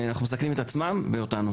הם מסכנים את עצמם ואותנו.